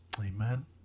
amen